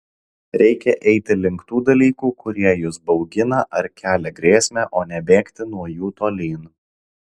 reikia eiti link tų dalykų kurie jus baugina ar kelia grėsmę o ne bėgti nuo jų tolyn